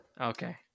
Okay